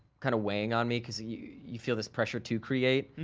kind of weighing on me. cause you you feel this pressure to create.